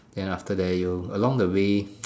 then after that you along the way